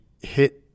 hit